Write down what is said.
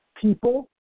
people